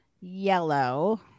yellow